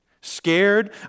Scared